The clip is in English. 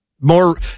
More